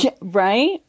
Right